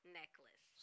necklace